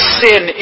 sin